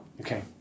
okay